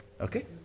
Okay